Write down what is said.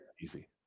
easy